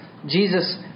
Jesus